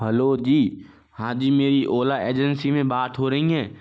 hello जी हाँ जी मेरी ओला ऐजेंसी में बात हो रही है